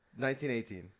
1918